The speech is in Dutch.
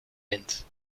wind